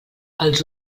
els